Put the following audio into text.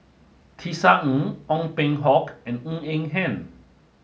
Tisa Ng Ong Peng Hock and Ng Eng Hen